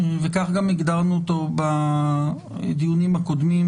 וכך גם הגדרנו אותו בדיונים הקודמים